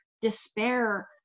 despair